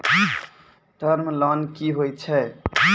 Term loan कि होय छै?